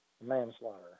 manslaughter